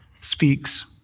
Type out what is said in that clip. speaks